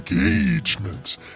engagement